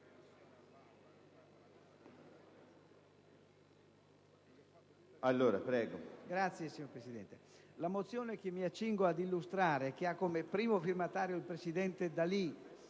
Grazie, signor Presidente. La mozione che mi accingo ad illustrare - che ha come primo firmatario il presidente D'Alì,